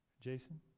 Jason